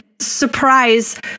Surprise